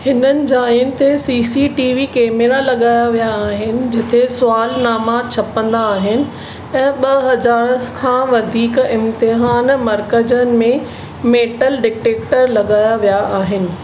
हिननि जायुनि ते C C T V camera लॻाया विया आहिनि जिथे सुवालनामा छपंदा आहिनि ऐं ॿ हज़ार खां वधीक इम्तिहानु मरकज़नि में मेटल डिटेक्टर लॻाया विया आहिनि